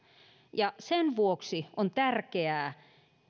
ja sen vuoksi on tärkeää